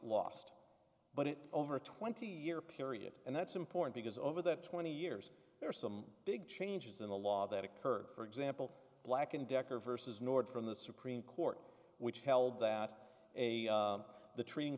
lost but it over a twenty year period and that's important because over that twenty years there are some big changes in the law that occurred for example black and decker versus nord from the supreme court which held that a the treating